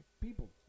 people